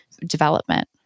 development